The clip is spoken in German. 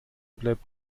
bleibt